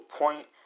point